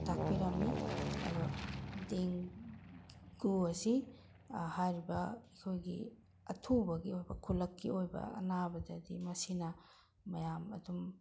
ꯇꯥꯛꯄꯤꯔꯝꯃꯤ ꯑꯗꯣ ꯗꯦꯡꯒꯨ ꯑꯁꯤ ꯍꯥꯏꯔꯤꯕ ꯑꯩꯈꯣꯏꯒꯤ ꯑꯊꯨꯕꯒꯤ ꯑꯣꯏꯕ ꯈꯨꯜꯂꯛꯀꯤ ꯑꯣꯏꯕ ꯑꯅꯥꯕꯗꯗꯤ ꯃꯁꯤꯅ ꯃꯌꯥꯝ ꯑꯗꯨꯝ